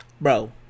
bro